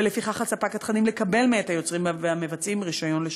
ולפיכך על ספק התכנים לקבל מאת היוצרים והמבצעים רישיון לשידור.